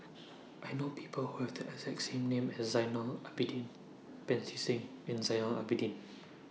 I know People Who Have The exact name as Zainal Abidin Pancy Seng and Zainal Abidin